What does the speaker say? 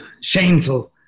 shameful